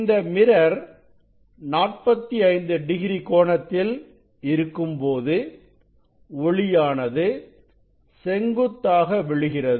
இந்த mirror 45 degree கோணத்தில் இருக்கும்போது ஒளியானது செங்குத்தாக விழுகிறது